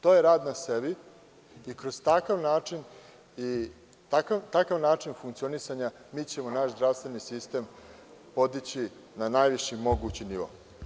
To je rad na sebi i kroz takav način funkcionisanja mi ćemo naš zdravstveni sistem podići na najviši mogući nivo.